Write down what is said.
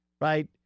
right